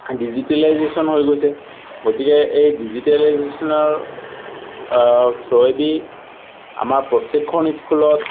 digitalisation হৈ গৈছে গতিকে এই ডিজিটেলাইজেশচনৰ থ্ৰুৰেদি আমাৰ প্ৰত্যেকখন স্কুলত